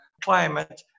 climate